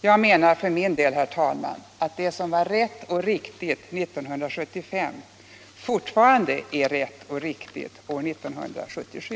Jag menar för min del, herr talman, att det som var rätt och riktigt 1975 fortfarande är rätt och riktigt år 1977.